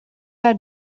are